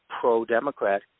pro-Democrat